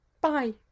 bye